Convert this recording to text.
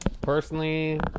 personally